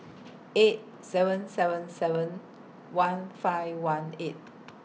eight seven seven seven one five one eight